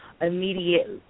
immediate